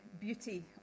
beauty